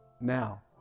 now